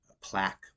plaque